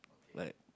like